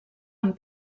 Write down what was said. amb